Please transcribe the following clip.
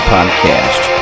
Podcast